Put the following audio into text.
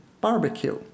barbecue